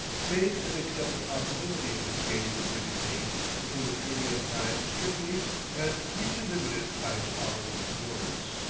save and except the possibility of his gaining the brigantine within the period of time strictly and briefly limited by his powers of endurance.